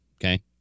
Okay